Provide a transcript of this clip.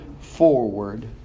forward